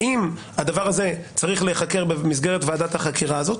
האם הדבר הזה צריך להיחקר במסגרת ועדת החקירה הזאת?